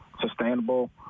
sustainable